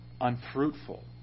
unfruitful